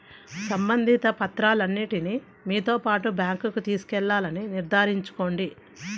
సంబంధిత పత్రాలన్నింటిని మీతో పాటు బ్యాంకుకు తీసుకెళ్లాలని నిర్ధారించుకోండి